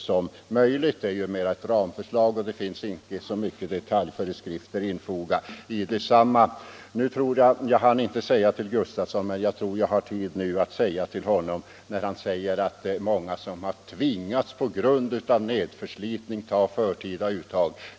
Lagen om delpensionsförsäkring är mer ett ramförslag, och det finns inte så många detaljföreskrifter infogade i det. Jag tror att jag nu hinner vända mig till herr Gustavsson i Alvesta, som säger att många på grund av nedslitning tvingats ta till förtida uttag.